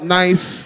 nice